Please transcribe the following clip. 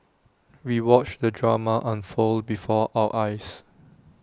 we watched the drama unfold before our eyes